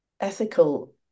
ethical